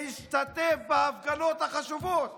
תפקידנו להשתתף בהפגנות החשובות,